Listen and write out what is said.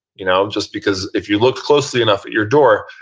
you know just because if you look closely enough at your door,